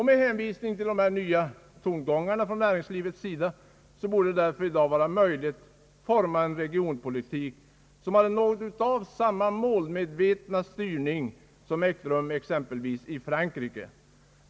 Med hänvisning till dessa nya tongångar från näringslivets sida borde det därför i dag vara möjligt att forma en regionpolitik som hade något av samma målmedvetna styrning som ägt rum i exempelvis Frankrike.